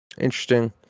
interesting